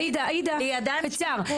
עאידה, עאידה, קצר.